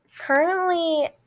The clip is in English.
currently